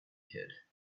hid